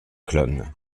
clone